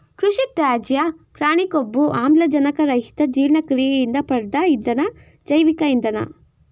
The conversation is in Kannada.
ಕೃಷಿತ್ಯಾಜ್ಯ ಪ್ರಾಣಿಕೊಬ್ಬು ಆಮ್ಲಜನಕರಹಿತಜೀರ್ಣಕ್ರಿಯೆಯಿಂದ ಪಡ್ದ ಇಂಧನ ಜೈವಿಕ ಇಂಧನ